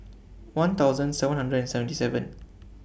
one thousand seven hundred and seventy seven